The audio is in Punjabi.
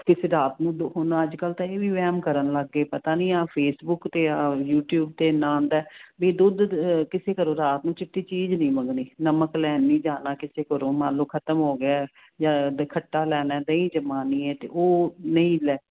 ਕਿਸੇ ਰਾਤ ਨੂੰ ਹੁਣ ਅੱਜਕੱਲ ਤਾਂ ਇਹ ਵੀ ਵਹਿਮ ਕਰਨ ਲੱਗ ਗਏ ਪਤਾ ਨਹੀਂ ਆ ਫੇਸਬੁਕ ਤੇ ਯੂਟੀਊਬ ਤੇ ਨਾਂ ਦਾ ਵੀ ਦੁੱਧ ਕਿਸੇ ਘਰੋਂ ਰਾਤ ਨੂੰ ਚਿੱਟੀ ਚੀਜ਼ ਨਹੀਂ ਮੰਗਣੀ ਨਮਕ ਲੈਣ ਨਹੀਂ ਜਾਣਾ ਕਿਸੇ ਕੋਲੋਂ ਮੰਨ ਲਓ ਖਤਮ ਹੋ ਗਿਆ ਜਾਂ ਖੱਟਾ ਲੈਣਾ ਦਹੀਂ ਜਮਾਨੀਏ ਤੇ ਉਹ ਨਹੀਂ